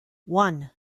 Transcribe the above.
one